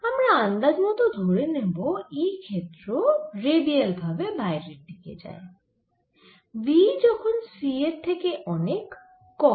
আমরা আন্দাজ মত ধরে নেব E ক্ষেত্র রেডিয়াল ভাবে বাইরের দিকে যায় v যখন c এর থেকে অনেক কম